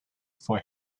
for